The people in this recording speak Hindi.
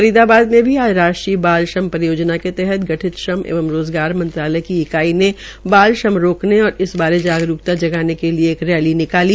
फरीदाबाद में भी आज राष्ट्रीय बाल श्रम परियोजना के मतहत गठित श्रम एवं रोज़गार मंत्रालय की इकाई ने बाल श्रम रोकने और इस बारे जागरूकता जगाने के लिये एक रैली निकाली